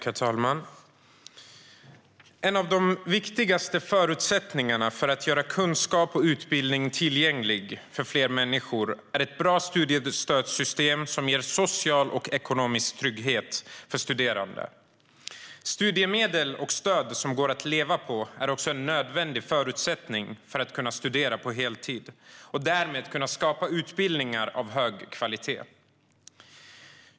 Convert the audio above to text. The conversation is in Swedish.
Herr talman! En av de viktigaste förutsättningarna för att göra kunskap och utbildning tillgängligt för fler människor är ett bra studiestödssystem som ger social och ekonomisk trygghet för studerande. Studiemedel och studiestöd som går att leva på är också en nödvändig förutsättning för att kunna studera på heltid. Det är därmed en förutsättning för att kunna skapa utbildningar av hög kvalitet.